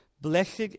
blessed